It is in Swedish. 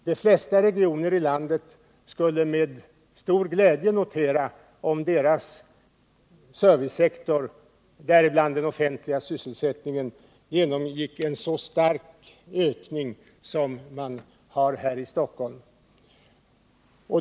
De flesta regioner i landet skulle med stor glädje notera om deras servicesektor, däribland den offentliga sysselsättningen, genomgick en så stark ökning som har skett i Stockholm.